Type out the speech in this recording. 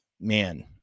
man